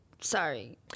Sorry